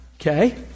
Okay